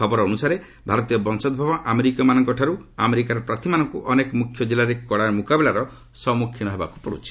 ଖବର ଅନୁସାରେ ଭାରତୀୟ ବଂଶୋଭବ ଆମେରିକୀୟ ମାନଙ୍କ ଠାରୁ ଆମେରିକାର ପ୍ରାର୍ଥୀମାନଙ୍କୁ ଅନେକ ମୁଖ୍ୟ ଜିଲ୍ଲାରେ କଡ଼ା ମୁକାବିଲାର ସମ୍ମୁଖୀନ ହେବାକୁ ପଡ଼ୁଛି